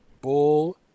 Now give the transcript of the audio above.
bull